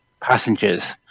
passengers